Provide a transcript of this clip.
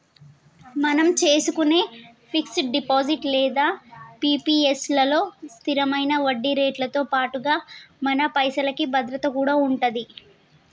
మనం చేసుకునే fix deposit లేదా పి.పి.ఎస్ లలో స్థిరమైన వడ్డీరేట్లతో పాటుగా మన పైసలకి భద్రత కూడా ఉంటది